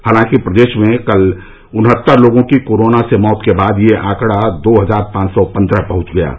हालांकि प्रदेश में कल उन्हत्तर लोगों की कोरोना से मौत के बाद यह आंकड़ा दो हजार पांच सौ पन्द्रह पहुंच गया है